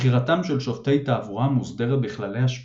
בחירתם של שופטי תעבורה מוסדרת בכללי השפיטה,